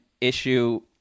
issue